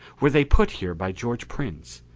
were they put here by george prince?